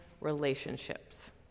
relationships